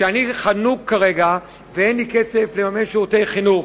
כשאני חנוק כרגע ואין לי כסף לממש שירותי חינוך,